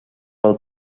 pel